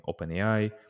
OpenAI